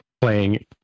playing